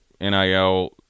NIL